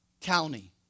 county